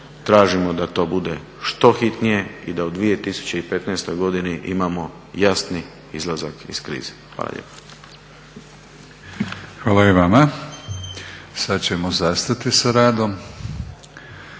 tražimo da to bude što hitnije i da u 2015. godini imamo jasni izlazak iz krize. Hvala lijepa. **Batinić, Milorad